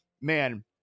man